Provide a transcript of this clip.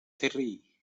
tri